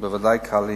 אז בוודאי קל לי.